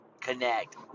connect